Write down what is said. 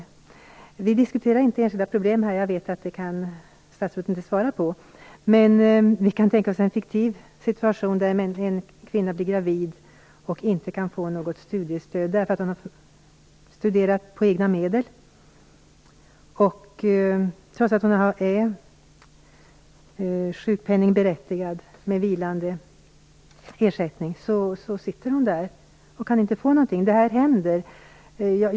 Jag vet att vi inte diskuterar enskilda problem här och att statsrådet inte kan svara på frågor om sådana. Men vi kan tänka oss en fiktiv situation med en kvinna som blir gravid. Eftersom hon har studerat med egna medel kan hon inte få något studiestöd, trots att hon är berättigad till sjukpenning med vilande ersättning. Hon kan alltså inte få någonting. Sådant här händer.